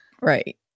Right